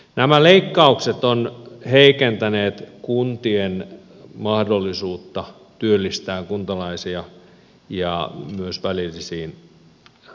nämä leikkaukset ovat heikentäneet kuntien mahdollisuutta työllistää kuntalaisia ja myös välillisiin työpaikkoihin